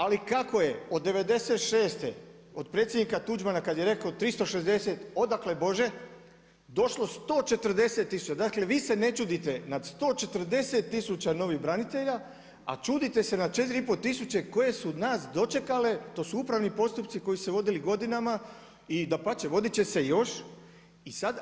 Ali kako je od '96. od predsjednika Tuđmana kada je rekao 360 odakle Bože, došlo 140 tisuća, dakle vi se ne čudite nad 140 tisuća novih branitelja, a čudite se na 4,5 tisuće koje su nas dočekale to su upravni postupci koji su se vodili godinama i dapače vodit će se još i sad.